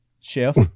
Chef